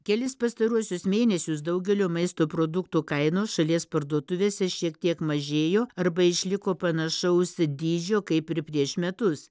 kelis pastaruosius mėnesius daugelio maisto produktų kainos šalies parduotuvėse šiek tiek mažėjo arba išliko panašaus dydžio kaip ir prieš metus